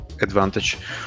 advantage